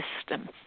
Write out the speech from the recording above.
system